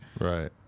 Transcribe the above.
Right